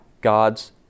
God's